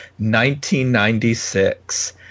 1996